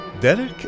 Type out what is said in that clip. Derek